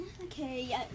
Okay